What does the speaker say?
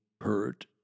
hurt